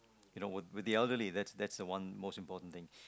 you know with with the elderly that's that's the one most important thing